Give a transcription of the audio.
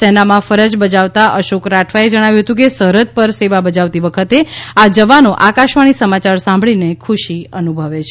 સેનામાં ફરજ બજાવતા અશોક રાઠવાએ જણાવ્યું હતું કે સરહદ પર સેવા બજાવતી વખતે આ જવાનો આકાશવાણી સમાચાર સાંભળીને ખુશી અનુભવે છે